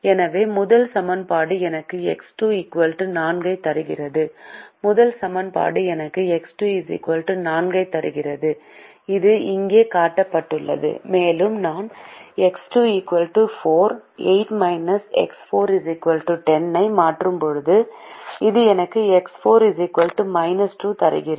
எனவே முதல் சமன்பாடு எனக்கு X2 4 ஐ தருகிறது முதல் சமன்பாடு எனக்கு X2 4 ஐ தருகிறது இது இங்கே காட்டப்பட்டுள்ளது மேலும் நான் X2 4 8 X4 10 ஐ மாற்றும்போது இது எனக்கு X4 2 தருகிறது